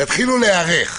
תתחילו להיערך.